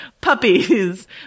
puppies